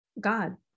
god